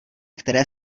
které